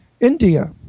India